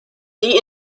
die